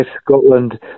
Scotland